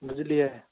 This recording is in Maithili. बुझलियै